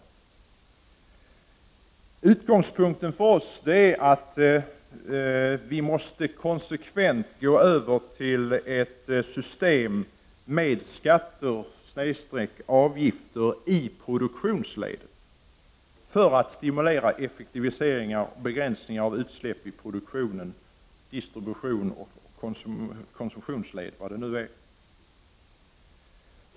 Vår utgångspunkt är en konsekvent övergång till ett system med skatter/avgifter i produktionsledet för att stimulera effektiviseringar och begränsningar av utsläpp i produktions-, distributionsoch konsumtionsled.